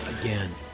again